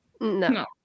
No